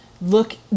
look